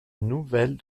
nouvelle